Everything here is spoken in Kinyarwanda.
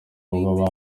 ibiribwa